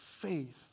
faith